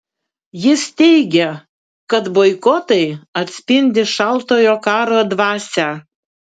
jis teigė kad boikotai atspindi šaltojo karo dvasią